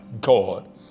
God